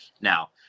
Now